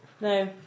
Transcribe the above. No